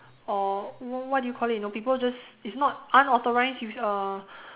or what what do you call it you know people just it's not unauthorised is uh